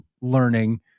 learning